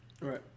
Right